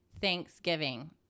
thanksgiving